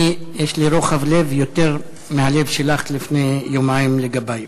יש לי רוחב לב יותר מהלב שלך לפני יומיים לגבי.